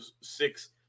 six –